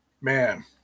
Man